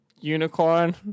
unicorn